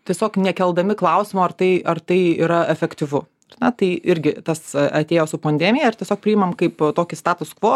tiesiog nekeldami klausimo ar tai ar tai yra efektyvu ar ne tai irgi tas atėjo su pandemija ir tiesiog priimam kaip tokį status kvo